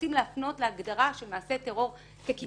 רוצים להפנות להגדרה של מעשה טרור ככתבה,